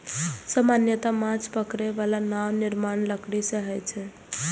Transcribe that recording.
सामान्यतः माछ पकड़ै बला नावक निर्माण लकड़ी सं होइ छै